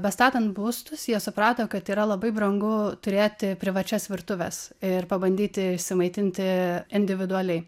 bestatant būstus jie suprato kad yra labai brangu turėti privačias virtuves ir pabandyti išsimaitinti individualiai